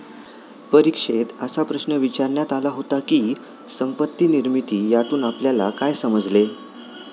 परीक्षेत असा प्रश्न विचारण्यात आला होता की, संपत्ती निर्मिती यातून आपल्याला काय समजले?